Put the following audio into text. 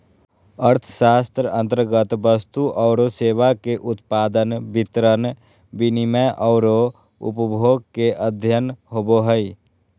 अर्थशास्त्र अन्तर्गत वस्तु औरो सेवा के उत्पादन, वितरण, विनिमय औरो उपभोग के अध्ययन होवो हइ